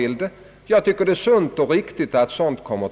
Jag finner det sunt och riktigt att så sker.